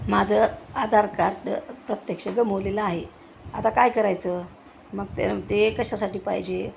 माझं आधार कार्ड प्रत्यक्ष गमावलेलं आहे आता काय करायचं मग ते ते कशासाठी पाहिजे